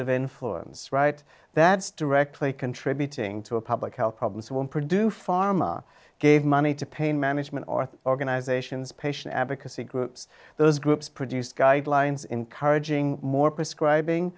of influence right that's directly contributing to a public health problems won't produce pharma gave money to pain management or organizations patient advocacy groups those groups produce guidelines encouraging more prescribing